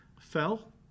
fell